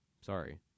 Sorry